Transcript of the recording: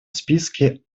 списке